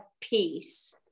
peace